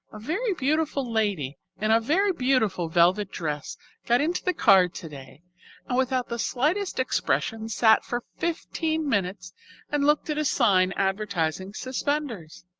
a very beautiful lady in a very beautiful velvet dress got into the car today, and without the slightest expression sat for fifteen minutes and looked at a sign advertising suspenders.